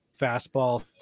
fastball